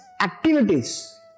activities